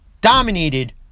dominated